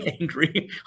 angry